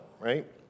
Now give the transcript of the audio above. right